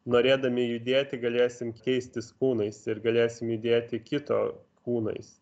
norėdami judėti galėsim keistis kūnais ir galėsim judėti kito kūnais